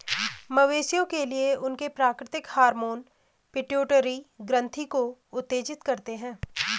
मवेशियों के लिए, उनके प्राकृतिक हार्मोन पिट्यूटरी ग्रंथि को उत्तेजित करते हैं